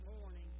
morning